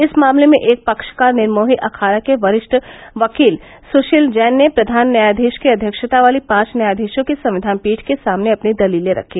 इस मामले में एक पक्षकार निर्मोही अखाड़ा के वरिष्ठ वकील सुशील जैन ने प्रधान न्यायाधीश की अध्यक्षता वाली पांच न्यायाधीशों की संविधान पीठ के सामने अपनी दलीलेँ रखी